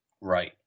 Right